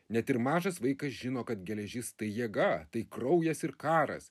net ir mažas vaikas žino kad geležis tai jėga tai kraujas ir karas